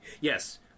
Yes